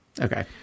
Okay